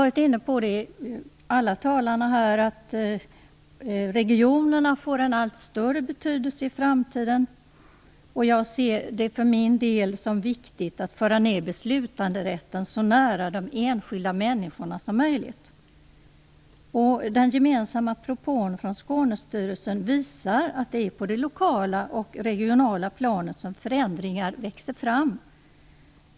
Alla vi talare här har varit inne på att regionerna kommer att få en allt större betydelse i framtiden. Jag ser det som viktigt att beslutanderätten förs ned så nära de enskilda människorna som möjligt. Den gemensamma propån från Skånestyrelsen visar att det är på det lokala och det regionala planet som förändringar växer fram.